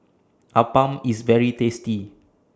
Appam IS very tasty